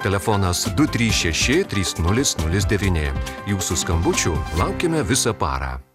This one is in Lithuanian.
telefonas du trys šeši trys nulis nulis devyni jūsų skambučių laukiame visą parą